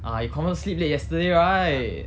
ah you confirm sleep late yesterday right